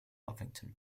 huffington